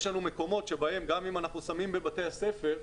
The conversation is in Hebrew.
יש לנו מקומות בהם גם אם אנחנו שמים בבתי הספר,